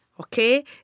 Okay